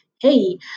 hey